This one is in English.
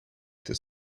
this